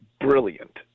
brilliant